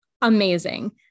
amazing